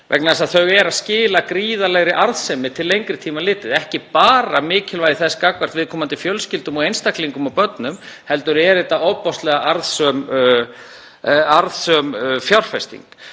vegna þess að þau skila gríðarlegri arðsemi til lengri tíma litið, ekki bara mikilvægi þess gagnvart viðkomandi fjölskyldum og einstaklingum og börnum heldur er þetta ofboðslega arðsöm fjárfesting.